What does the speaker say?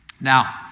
Now